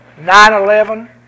9-11